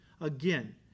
again